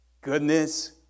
goodness